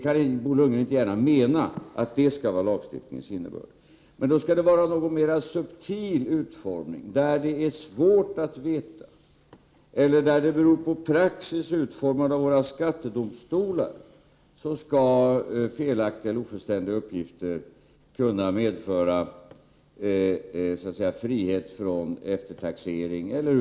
Lagstiftningen skulle då ha en mer subtil utformning, som innebär att felaktiga eller ofullständiga uppgifter kunde 53 medföra frihet från eftertaxering, i fall där det är svårt att känna till lagstiftningens konstruktion eller där tillämpningen av reglerna beror på praxis utformad av våra skattedomstolar.